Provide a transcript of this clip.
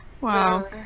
Wow